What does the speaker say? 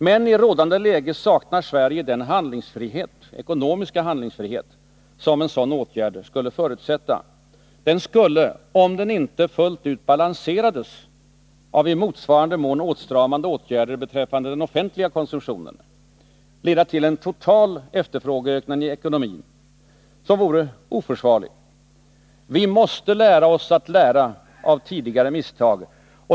Men i rådande läge saknar Sverige den ekonomiska handlingsfrihet som en sådan åtgärd skulle förutsätta. Den skulle — om den inte fullt ut balanserades av i motsvarande mån åtstramande åtgärder beträffande den offentliga konsumtionen — leda till en total efterfrågeökning i ekonomin, som vore oförsvarlig. Vi måste lära oss att lära av tidigare misstag.